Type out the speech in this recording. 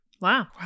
Wow